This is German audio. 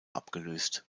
abgelöst